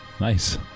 Nice